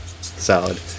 Salad